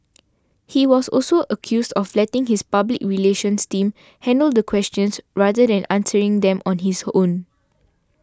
he was also accused of letting his public relations team handle the questions rather than answering them on his own